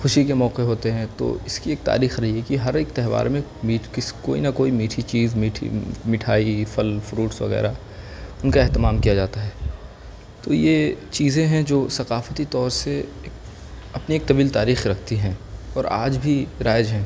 خوشی کے موقع ہوتے ہیں تو اس کی ایک تاریخ رہی ہے کہ ہر ایک تہوار میں میٹھ کس کوئی نہ کوئی میٹھی چیز میٹھی میٹھائی پھل فروٹس وغیرہ ان کا اہتمام کیا جاتا ہے تو یہ چیزیں ہیں جو ثقافتی طور سے ایک اپنے ایک طویل تاریخ رکھتی ہیں اور آج بھی رائج ہیں